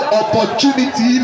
opportunity